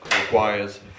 requires